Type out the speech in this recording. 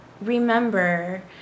remember